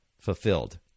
fulfilled